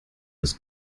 ist